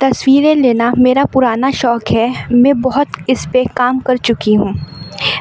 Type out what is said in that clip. تصویریں لینا میرا پرانا شوق ہے میں بہت اس پہ کام کر چکی ہوں